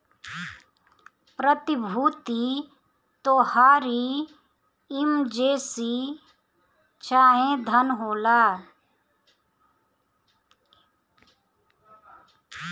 प्रतिभूति तोहारी इमर्जेंसी चाहे धन होला